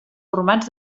formats